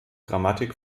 grammatik